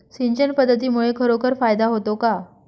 सिंचन पद्धतीमुळे खरोखर फायदा होतो का?